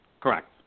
Correct